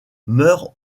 meurt